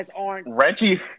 Reggie